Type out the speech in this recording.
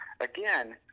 Again